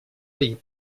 dir